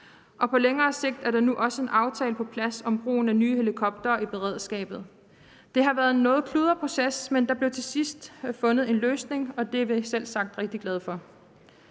på længere sigt er der nu også en aftale på plads om brugen af nye helikoptere i beredskabet. Det har været en noget kludret proces, men der blev til sidst fundet en løsning, og det er vi selvsagt rigtig glade for.